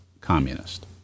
communist